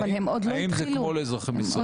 אבל הם עוד לא התחילו --- האם כמו כל אזרחי ישראל?